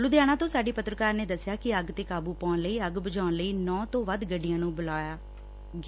ਲੁਧਿਆਣੇ ਤੋਂ ਸਾਡੀ ਪੱਤਰਕਾਰ ਨੇ ਦਸਿਐ ਕਿ ਅੱਗ ਤੇ ਕਾਬੁ ਪਾਉਣ ਲਈ ਅੱਗ ਬੁਝਾਉਣ ਲਈ ਨੌ ਤੋਂ ਵੱਧ ਗੱਡੀਆਂ ਨੂੰ ਬੁਲਾਉਣਾ ਪਿਆ